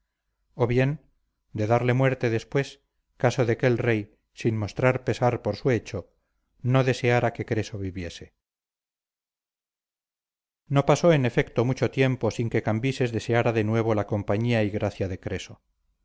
o bien de darle muerte después caso de que el rey sin mostrar pesar por su hecho no deseara que creso viviese no pasó en efecto mucho tiempo sin que cambises deseara de nuevo la compañía y gracia de creso